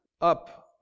up